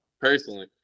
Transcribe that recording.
personally